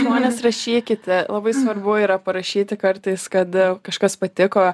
žmonės rašykit labai svarbu yra parašyti kartais kad kažkas patiko